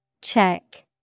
Check